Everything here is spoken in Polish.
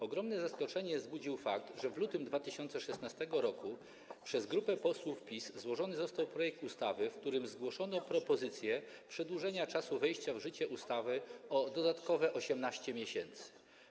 Ogromne zaskoczenie wzbudził fakt, że w lutym 2016 r. przez grupę posłów PiS został złożony projekt ustawy, w którym zgłoszono propozycje przedłużenia czasu wejścia w życie ustawy o dodatkowe 18 miesięcy.